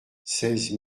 seize